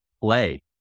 play